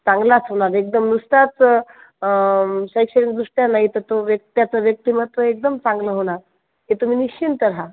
चांगलाच होणार एकदम नुसत्याच शैक्षणिक दृष्ट्या नाही तर तो व्य त्याचं व्यक्तिमत्त्वही एकदम चांगलं होणार हे तुम्ही निश्चिन्त रहा